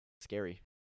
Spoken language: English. scary